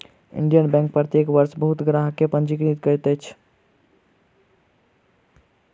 Indian Bank प्रत्येक वर्ष बहुत ग्राहक के पंजीकृत करैत अछि